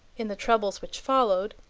in the troubles which followed,